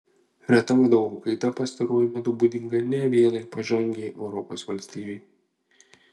reta vadovų kaita pastaruoju metu būdinga ne vienai pažangiai europos valstybei